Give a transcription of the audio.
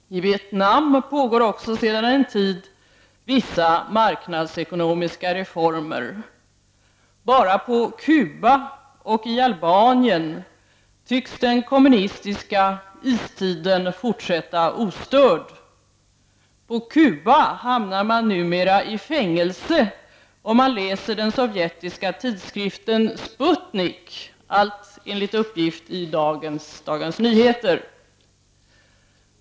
I Vietnam pågår också sedan en tid vissa marknadsekonomiska reformer. Bara på Cuba och i Albanien tycks den kommunistiska istiden fortsätta ostörd. På Cuba hamnar man numera i fängelse om man läser den sovjetiska tidskriften Sputnik, allt enligt uppgift i dagens nummer av Dagens Nyheter.